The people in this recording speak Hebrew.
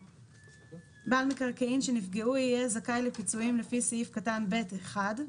בעל מקרקעין שנפגעו יהיה זכאי לפיצויים לפי סעיף קטן (ב)(1)